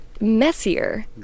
messier